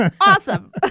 Awesome